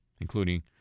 including